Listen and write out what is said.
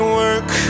work